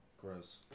Gross